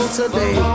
today